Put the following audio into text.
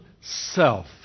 self